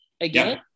again